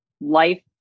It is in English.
life